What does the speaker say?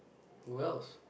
who else